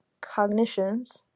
cognitions